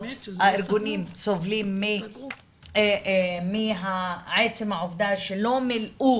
סובלים מהעצם העובדה שלא מילאו